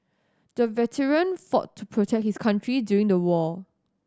the veteran fought to protect his country during the war